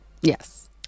yes